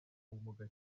ubumuga